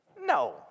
No